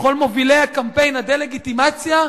לכל מובילי קמפיין הדה-לגיטימציה,